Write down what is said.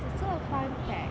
also a fun fact